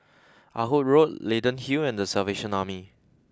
Ah Hood Road Leyden Hill and the Salvation Army